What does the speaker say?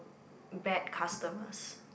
bad customers